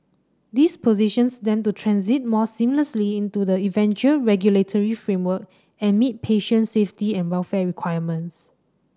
this positions them to transit more seamlessly into the eventual regulatory framework and meet patient safety and welfare requirements